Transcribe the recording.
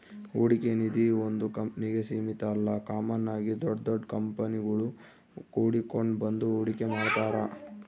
ಹೂಡಿಕೆ ನಿಧೀ ಒಂದು ಕಂಪ್ನಿಗೆ ಸೀಮಿತ ಅಲ್ಲ ಕಾಮನ್ ಆಗಿ ದೊಡ್ ದೊಡ್ ಕಂಪನಿಗುಳು ಕೂಡಿಕೆಂಡ್ ಬಂದು ಹೂಡಿಕೆ ಮಾಡ್ತಾರ